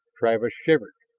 travis shivered.